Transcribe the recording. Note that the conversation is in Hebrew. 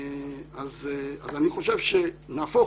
נהפוך הוא,